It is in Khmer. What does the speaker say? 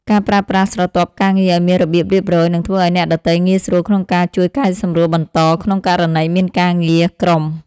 ការប្រើប្រាស់ស្រទាប់ការងារឱ្យមានរបៀបរៀបរយនឹងធ្វើឱ្យអ្នកដទៃងាយស្រួលក្នុងការជួយកែសម្រួលបន្តក្នុងករណីមានការងារក្រុម។